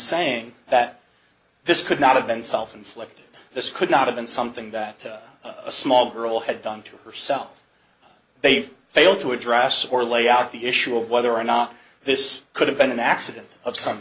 saying that this could not have been self inflicted this could not have been something that a small girl had done to herself they've failed to address or lay out the issue of whether or not this could have been an accident of some